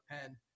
pen